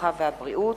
הרווחה והבריאות.